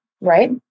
right